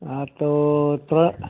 હા તો ત્ર અ